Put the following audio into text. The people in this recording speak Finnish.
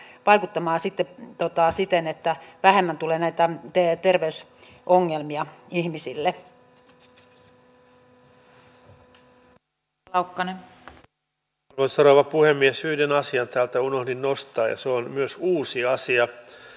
toisaalta siinä on tämä puoli että nämä nuoret yrittäjät siis voittopuolisesti nuoret yrittäjät niin kuin useimmat yrittäjät vähän missä tahansa länsimaissa näkevät että valtio on enemmän tiellä kuin auttamassa